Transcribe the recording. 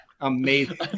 amazing